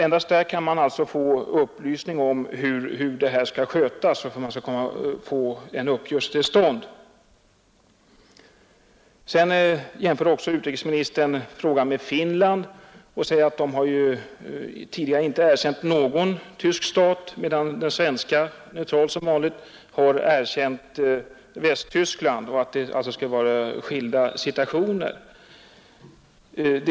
Endast där kan man få upplysning om hur frågan skall handläggas och hur en uppgörelse skall komma till stånd. Utrikesministern nämnde Finland och sade att Finland inte tidigare har erkänt någon tysk stat, medan Sverige, neutralt som vanligt, har erkänt Västtyskland och menade att det skulle innebära skilda förutsättningar.